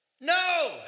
No